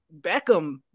Beckham